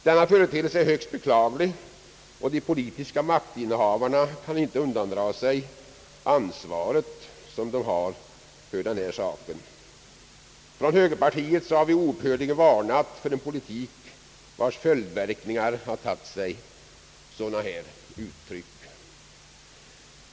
Denna företeelse är högst beklaglig, och de politiska maktinnehavarna kan inte undandraga sig ansvaret härför. Från högerpartiets sida har oupphörligen varnats för en politik vars verkningar tagit sig sådana uttryck.